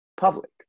public